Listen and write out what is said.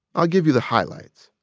i'll give you the highlights.